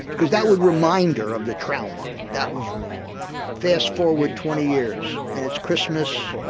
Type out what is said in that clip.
cause that would remind her of the trauma that was wrong. fast forward twenty years and it's christmas,